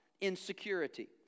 insecurity